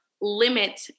limit